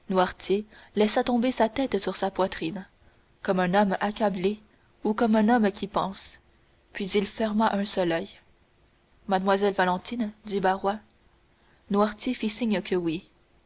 laissa tomber sa tête sur sa poitrine comme un homme accablé ou comme un homme qui pense puis il ferma un seul oeil mlle valentine dit barrois noirtier fit signe que oui